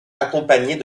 accompagnées